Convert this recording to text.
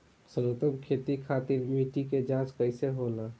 सर्वोत्तम खेती खातिर मिट्टी के जाँच कईसे होला?